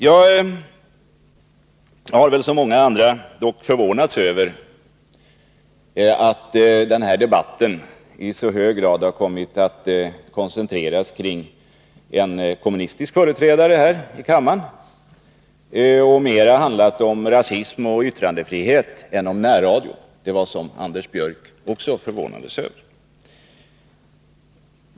Jag har som många andra dock förvånats över att den här debatten i så hög grad har kommit att koncentreras kring en kommunistisk företrädare i kammaren och mera handlat om rasism och yttrandefrihet än om närradio, vilket Anders Björck påpekade i sitt inlägg.